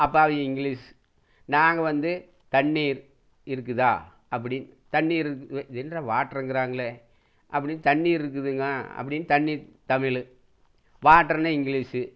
அப்போ அவங்க இங்கிலீஷ் நாங்கள் வந்து தண்ணீர் இருக்குதா அப்படி தண்ணீர் இருக்கு இது என்னடா வாட்டருங்குறாங்களே அப்படின்னு தண்ணீர் இருக்குதுங்க அப்டின்னு தண்ணீர் தமிழ் வாட்ருன்னு இங்கிலீஷு